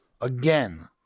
again